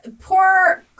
Poor